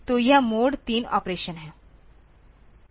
तो यह mode 3 operation है